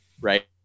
right